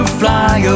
fly